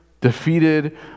defeated